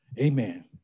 Amen